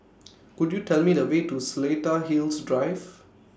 Could YOU Tell Me The Way to Seletar Hills Drive